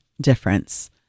difference